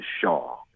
Shaw